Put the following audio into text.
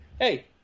Hey